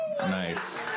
Nice